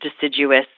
deciduous